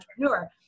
entrepreneur